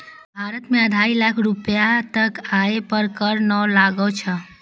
भारत मे ढाइ लाख रुपैया तक के आय पर कर नै लागै छै